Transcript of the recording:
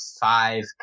five